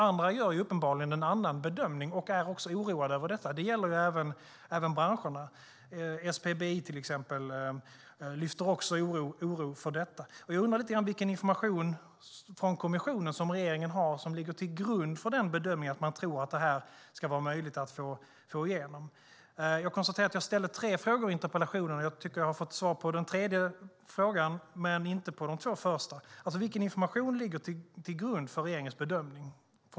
Andra gör uppenbarligen en annan bedömning och är oroade över detta. Det gäller även branscherna. Till exempel SPBI lyfter också fram oro över detta. Vilken information från kommissionen har regeringen som ligger till grund för bedömningen att det här ska vara möjligt att få igenom? Jag ställde tre frågor i interpellationen. Jag tycker att jag har fått svar på den tredje frågan men inte på de två första. Vilken information från kommissionen ligger till grund för regeringens bedömning?